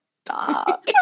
Stop